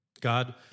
God